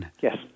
Yes